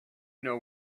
know